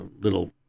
little